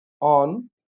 on